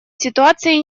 ситуации